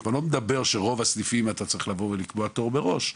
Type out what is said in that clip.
אני כבר לא מדבר שברוב הסניפים אתה צריך לבוא ולקבוע תור מראש.